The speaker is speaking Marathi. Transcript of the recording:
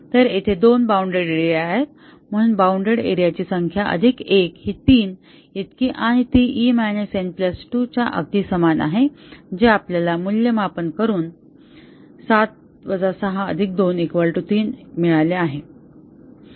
तर येथे दोन बाउंडेड एरिया आहेत आणि म्हणून बाउंडेड एरिया ची संख्या अधिक 1 ही 3 इतकी आहे आणि ती e n 2 च्या अगदी समान आहे जे आपल्याला मूल्यमापन करून 7 623 हे मिळाले आहे